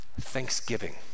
Thanksgiving